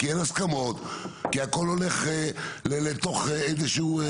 כי אין הסכמות, כי הכול הולך לתוך קיר.